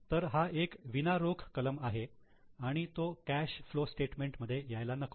तर हा एक विना रोख कलम आहे आणि तो कॅश फ्लो स्टेटमेंट मध्ये यायला नको